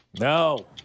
No